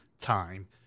time